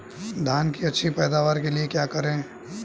धान की अच्छी पैदावार के लिए क्या करें?